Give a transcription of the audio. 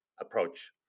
approach